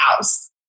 house